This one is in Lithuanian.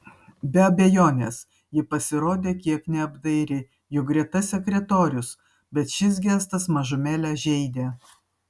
be abejonės ji pasirodė kiek neapdairi juk greta sekretorius bet šis gestas mažumėlę žeidė